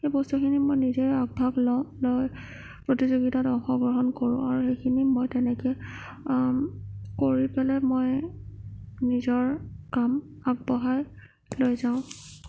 সেই বস্তুখিনি মই নিজে আগভাগ লওঁ লৈ প্ৰতিযোগীতাত অংশগ্ৰহণ কৰোঁ আৰু সেইখিনি মই তেনেকৈ কৰি পেলাই মই নিজৰ কাম আগবঢ়াই লৈ যাওঁ